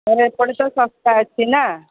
sir ଏପଟେ ତ ଶସ୍ତା ଅଛି ନା